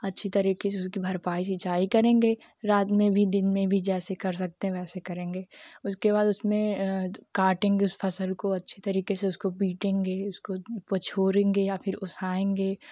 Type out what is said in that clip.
अच्छी तरीके से उनकी भरपाई सिंचाई करेंगे रात में भी दिन में भी जैसे कर सकते हैं वैसे करेंगे उसके बाद उसमें काटेंगे उस फसल को अच्छी तरीके से उसको पीटेंगे उसको पछोरेंगे या फ़िर उसाएँगे